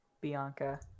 bianca